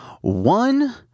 one